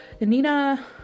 Nina